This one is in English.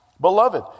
beloved